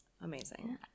amazing